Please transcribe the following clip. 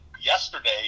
yesterday